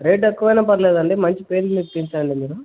rate ఎక్కువైనా పర్లేదండి మంచి పెయింట్లు తెప్పించండి మీరు